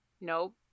Nope